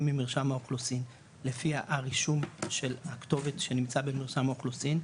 ממרשם האוכלוסין לפי הרישום של הכתובת שנמצא במרשם האוכלוסין,